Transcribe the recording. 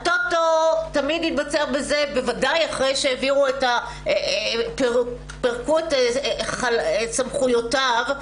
הטוטו, בוודאי אחרי שפרקו את סמכויותיו,